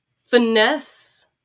finesse